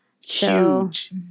Huge